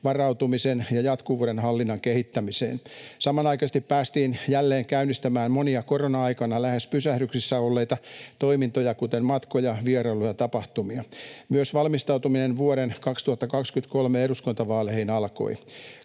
varautumisen ja jatkuvuudenhallinnan kehittämiseen. Samanaikaisesti päästiin jälleen käynnistämään monia, korona-aikana lähes pysähdyksissä olleita toimintoja, kuten matkoja, vierailuja ja tapahtumia. Myös valmistautuminen vuoden 2023 eduskuntavaaleihin alkoi.